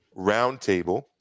Roundtable